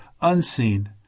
unseen